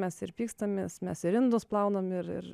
mes ir pykstamės mes ir indus plaunam ir ir